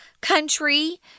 country